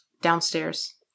downstairs